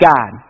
God